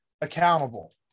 accountable